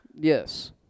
Yes